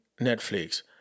Netflix